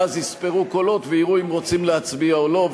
ואז יספרו קולות ויראו אם רוצים להצביע או לא,